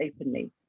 openly